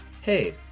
hey